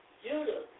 Judah